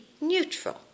neutral